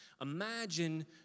Imagine